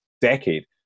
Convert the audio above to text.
decade